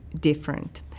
different